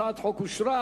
הצעת החוק אושרה.